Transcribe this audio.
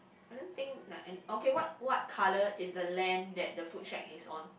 I don't think like any okay what what colour is the lamp that the food shack is on